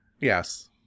Yes